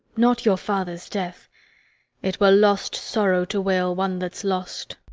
not your father's death it were lost sorrow to wail one that's lost.